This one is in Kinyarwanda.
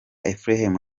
ephrem